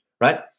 right